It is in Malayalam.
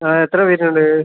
ആ എത്ര വരുന്നുണ്ട്